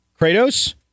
Kratos